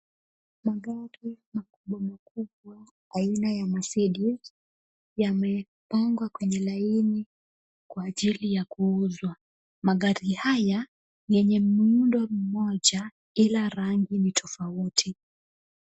Magari makubwa makubwa aina ya Mercedes, yamepangwa kwenye laini kwa ajili ya kuuzwa. Magari haya yenye muundo mmoja, ila rangi ni tofauti.